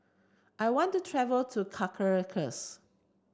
I want travel to Caracas